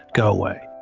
go away